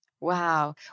Wow